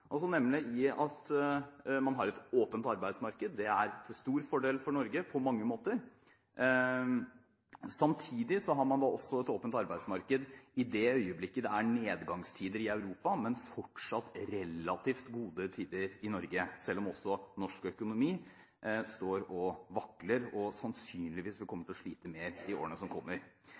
til stor fordel for Norge på mange måter. Samtidig har man også et åpent arbeidsmarked i det øyeblikket det er nedgangstider i Europa, men fortsatt relativt gode tider i Norge, selv om også norsk økonomi står og vakler og sannsynligvis vil komme til å slite mer i årene som kommer.